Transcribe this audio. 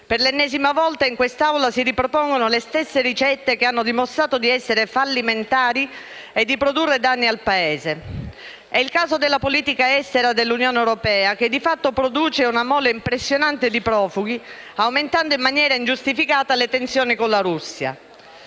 Per l'ennesima volta, in quest'Aula si ripropongono le stesse ricette, che hanno dimostrato di essere fallimentari e di produrre danni al Paese. È il caso della politica estera dell'Unione europea, che di fatto produce una mole impressionante di profughi, aumentando in maniera ingiustificata le tensioni con la Russia.